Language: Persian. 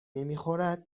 نمیخورد